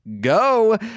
Go